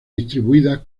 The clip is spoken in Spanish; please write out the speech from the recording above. distribuidas